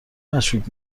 مشکوک